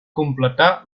completar